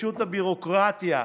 פישוט הביורוקרטיה,